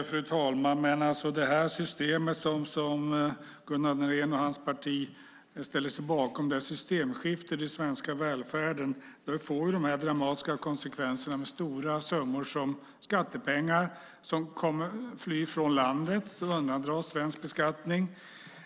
Fru talman! Det systemskifte i den svenska välfärden som Gunnar Andrén och hans parti ställer sig bakom får de här dramatiska konsekvenserna med stora summor, skattepengar, som flyr från landet och undandras svensk beskattning.